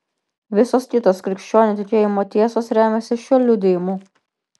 visos kitos krikščionių tikėjimo tiesos remiasi šiuo liudijimu